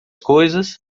coisas